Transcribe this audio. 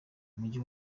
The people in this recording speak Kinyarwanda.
umujyi